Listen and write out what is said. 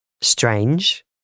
Strange